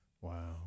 Wow